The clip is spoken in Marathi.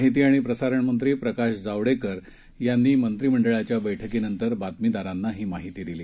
माहिती आणि प्रसारणमंत्री प्रकाश जावडेकर यांनी मंत्रिमंडळाच्या बैठकीनंतर बातमीदारांना ही माहिती दिली